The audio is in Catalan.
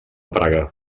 praga